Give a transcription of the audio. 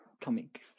comic